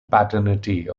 paternity